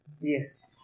Yes